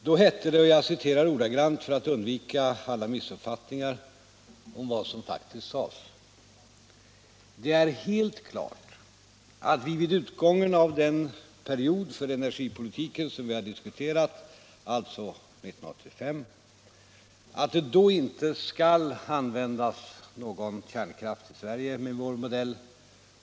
Då hette det, och jag citerar ordagrant för att undvika alla missuppfattningar om vad som faktiskt yttrades: ”Det är helt klart att vi vid utgången av den period för energipolitiken, som vi har diskuterat, alltså 1985, att det då inte skall användas någon kärnkraft i Sverige med vår modell.